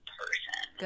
person